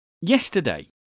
Yesterday